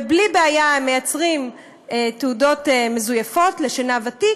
ובלי בעיה הם מייצרים תעודות מזויפות לשנהב עתיק,